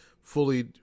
fully